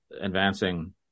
advancing